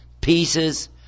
pieces